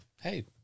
Hey